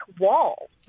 wall